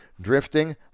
drifting